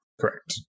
correct